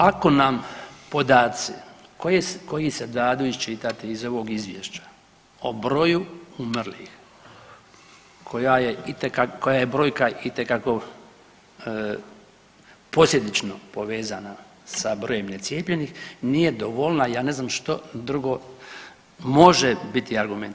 Ako nam podaci koji se dadu iščitati iz ovog Izvješća o broju umrlih koja je itekako, koja je brojka itekako posljedično povezana sa brojem necijepljenih, nije dovoljna, ja ne znam što drugo može biti argument.